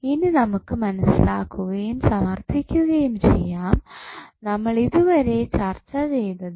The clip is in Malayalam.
ഇനി നമുക്ക് മനസ്സിലാക്കുകയും സമർത്ഥിക്കുകയും ചെയ്യാം നമ്മൾ ഇതുവരെ ചർച്ച ചെയ്തത്